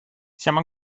siamo